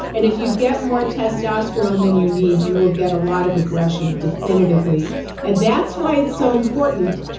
and if you get more testosterone than you need, you will get a lot of aggression definitively and that's why it's so important.